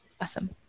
Awesome